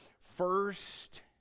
first